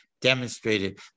demonstrated